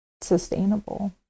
sustainable